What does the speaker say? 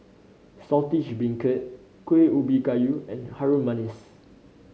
Saltish Beancurd Kueh Ubi Kayu and Harum Manis